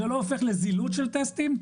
זה לא הופך לזילות של טסטים?